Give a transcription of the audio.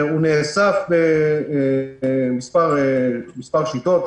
הוא נאסף במספר שיטות,